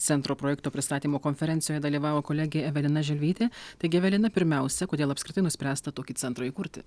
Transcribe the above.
centro projekto pristatymo konferencijoj dalyvavo kolegė evelina želvytė taigi evelina pirmiausia kodėl apskritai nuspręsta tokį centrą įkurti